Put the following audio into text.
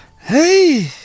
Hey